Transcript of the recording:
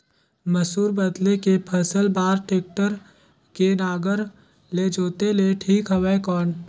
मसूर बदले के फसल बार टेक्टर के नागर ले जोते ले ठीक हवय कौन?